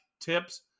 tips